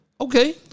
Okay